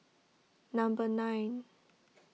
number nine